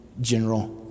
general